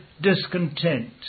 discontent